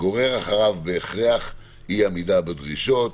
"גורר אחריו בהכרח אי-עמידה בדרישות."